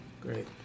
Great